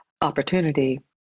opportunity